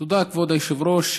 תודה, כבוד היושבת-ראש.